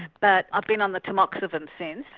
but i've been on the tamoxifen since.